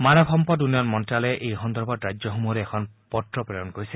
মানৱ সম্পদ উন্নয়ন মন্ত্যালয়ে এই সন্দৰ্ভত ৰাজ্যসমূহলৈ এখন পত্ৰ প্ৰেৰণ কৰিছে